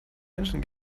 menschen